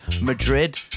Madrid